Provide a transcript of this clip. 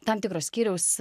tam tikro skyriaus